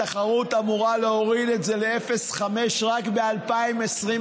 התחרות אמורה להוריד את זה ל-0.5% רק ב-2023.